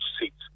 seats